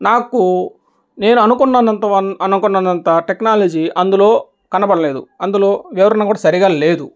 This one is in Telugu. నాకు నేను అనుకున్నంత వరకు అనుకున్నంత టెక్నాలజీ అందులో కనబడలేదు అందులో వివరణ కూడా సరిగ్గా లేదు